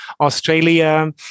Australia